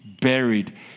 buried